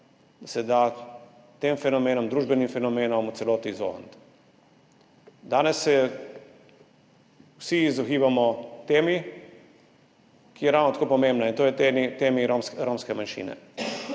da se da tem družbenim fenomenom v celoti izogniti. Danes se vsi izogibamo temi, ki je ravno tako pomembna, in to je temi romske manjšine.